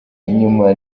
inyuma